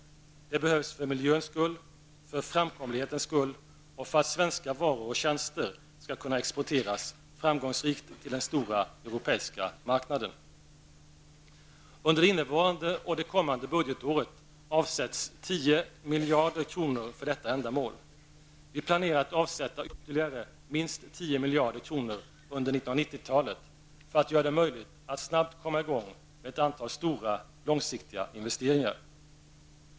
Det behövs för miljöns skull, för framkomlighetens skull och för att svenska varor och tjänster skall kunna exporteras framgångsrikt till den stora europeiska marknaden. Under det innevarande och det kommande budgetåret avsätts 10 miljarder kronor för detta ändamål. Vi planerar att avsätta ytterligare minst 10 miljarder kronor under 1990-talet för att göra det möjligt att snabbt komma i gång med ett antal stora, långsiktiga investeringar.